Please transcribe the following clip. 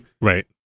Right